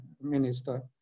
minister